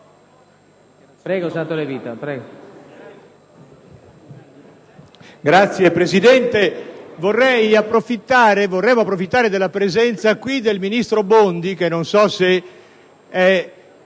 Signor Presidente, vorrei approfittare della presenza del ministro Bondi, che non so se sia